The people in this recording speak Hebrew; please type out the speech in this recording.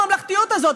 לממלכתיות הזאת,